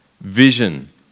vision